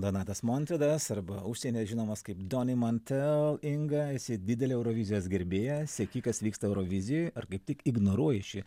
donatas montvydas arba užsienyje žinomas kaip doni montel inga esi didelė eurovizijos gerbėja seki kas vyksta eurovizijoj ar kaip tik ignoruoji šį